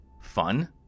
fun